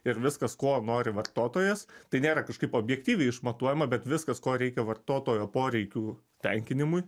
ir viskas ko nori vartotojas tai nėra kažkaip objektyviai išmatuojama bet viskas ko reikia vartotojo poreikių tenkinimui